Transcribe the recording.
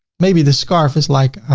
maybe the scarf is like